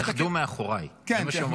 תתאחדו מאחוריי, זה מה שאומרים בדרך כלל.